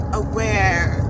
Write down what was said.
aware